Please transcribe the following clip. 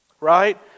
right